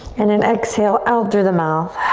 and then exhale out through the mouth.